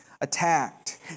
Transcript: attacked